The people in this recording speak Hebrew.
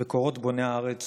וקורות בוני הארץ